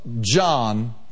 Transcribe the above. John